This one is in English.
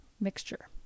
mixture